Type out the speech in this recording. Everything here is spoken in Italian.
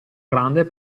grande